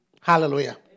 Hallelujah